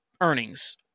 earnings